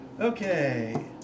Okay